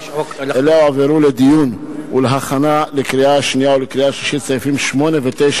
שאליה הועברו לדיון ולהכנה לקריאה השנייה ולקריאה השלישית סעיפים 8 ו-9